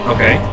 Okay